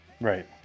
right